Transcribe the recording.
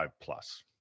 plus